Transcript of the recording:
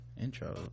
intro